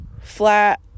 flat